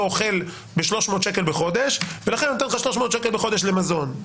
אוכל ב-300 שקל בחודש ולכן אני נותן לך 300 שקל בחודש למזון,